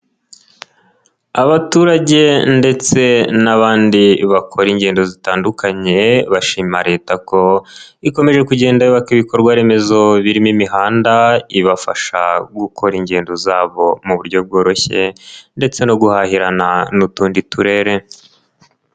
Abaturage ndetse n'abandi bakora ingendo zitandukanye, bashima leta ko ikomeje kugenda yubaka ibikorwaremezo birimo imihanda, ibafasha gukora ingendo zabo mu buryo bworoshye, ndetse no guhahirana n’utundi turere.